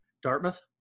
Dartmouth